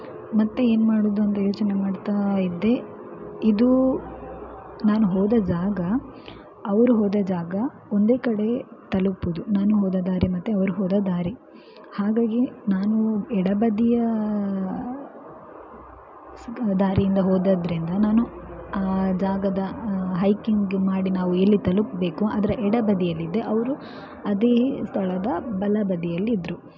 ಮತ್ತು ಏನ್ಮಾಡೋದು ಅಂತ ಯೋಚನೆ ಮಾಡ್ತಾ ಇದ್ದೆ ಇದು ನಾನು ಹೋದ ಜಾಗ ಅವರು ಹೋದ ಜಾಗ ಒಂದೇ ಕಡೆ ತಲುಪುವುದು ನಾನು ಹೋದ ದಾರಿ ಮತ್ತು ಅವರು ಹೋದ ದಾರಿ ಹಾಗಾಗಿ ನಾನು ಎಡ ಬದಿಯ ದಾರಿಯಿಂದ ಹೋದದ್ರಿಂದ ನಾನು ಆ ಜಾಗದ ಹೈಕಿಂಗ್ ಮಾಡಿ ನಾವು ಎಲ್ಲಿ ತಲುಪಬೇಕೋ ಅದರ ಎಡ ಬದಿಯಲ್ಲಿದ್ದೆ ಅವರು ಅದೇ ಸ್ಥಳದ ಬಲ ಬದಿಯಲ್ಲಿ ಇದ್ದರು